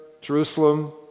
Jerusalem